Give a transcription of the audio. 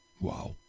Wow